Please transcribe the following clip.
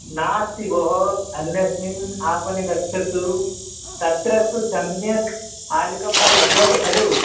नास्ति भोः अन्यस्मिन् आपणे गच्छतु तत्र तु सम्यक् आलुकं न लभ्यते खलु